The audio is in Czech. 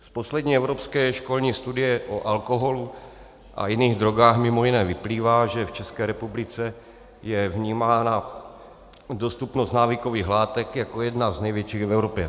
Z poslední evropské školní studie o alkoholu a jiných drogách mimo jiné vyplývá, že v České republice je vnímána dostupnost návykových látek jako jedna z největších v Evropě.